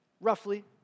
roughly